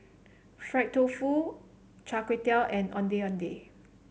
Fried Tofu Char Kway Teow and Ondeh Ondeh